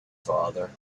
father